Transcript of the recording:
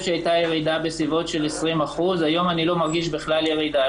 שהייתה ירידה בסביבות 20%. היום אני לא מרגיש בכלל ירידה,